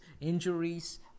injuries